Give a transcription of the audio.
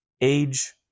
Age